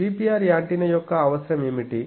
GPR antenna యొక్క అవసరం ఏమిటి